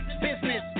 business